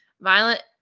Violent